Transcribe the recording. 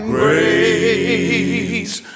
grace